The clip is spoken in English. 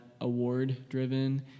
award-driven